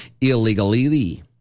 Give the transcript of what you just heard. illegally